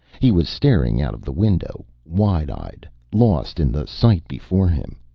he was staring out of the window, wide-eyed, lost in the sight before him.